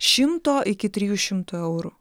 šimto iki trijų šimtų eurų